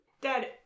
Dad